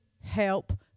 help